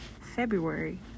February